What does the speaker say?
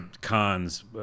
cons